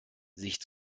sich